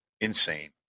Insane